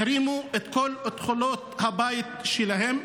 החרימו את כל תכולות הבתים שלהם,